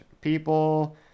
people